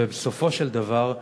ובסופו של דבר,